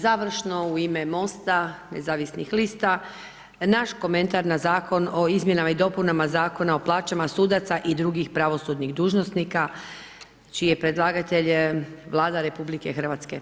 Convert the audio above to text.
Završno u ime MOST-a nezavisnih lista, naš komentar na zakon o izmjenama i dopunama Zakona o plaćama sudaca i drugih pravosudnih dužnosnika čiji je predlagatelj Vlada RH.